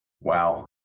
Wow